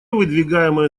выдвигаемые